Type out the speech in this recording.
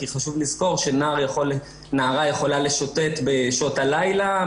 כי חשוב לזכור שנערה יכולה לשוטט בשעות הלילה,